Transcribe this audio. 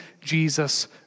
Jesus